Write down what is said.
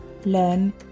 learn